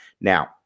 Now